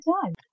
time